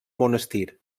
monestir